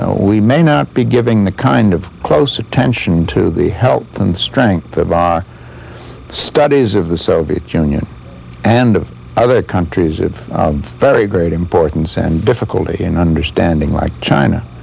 we may not be giving the kind of close attention to the health and strength of our studies of the soviet union and of other countries of very great importance importance and difficulty in understanding like china.